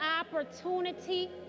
opportunity